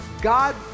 God